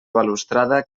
balustrada